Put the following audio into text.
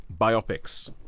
biopics